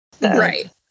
Right